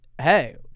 Hey